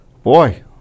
Boy